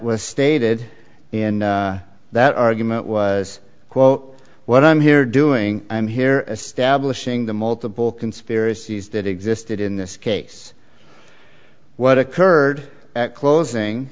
was stated in that argument was quote what i'm here doing i'm here stablish ing the multiple conspiracies that existed in this case what occurred at closing